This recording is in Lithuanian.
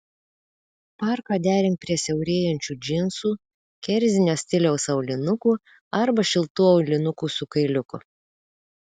parką derink prie siaurėjančių džinsų kerzinio stiliaus aulinukų arba šiltų aulinukų su kailiuku